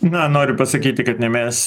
na noriu pasakyti kad ne mes